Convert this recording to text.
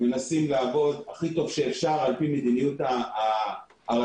מנסות לעבוד הכי טוב שאפשר לפי מדיניות הרשות.